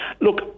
Look